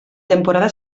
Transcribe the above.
temporada